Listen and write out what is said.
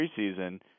preseason –